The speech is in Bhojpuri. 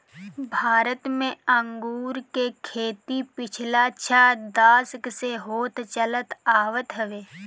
भारत में अंगूर के खेती पिछला छह दशक से होत चलत आवत हवे